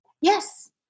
yes